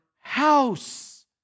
house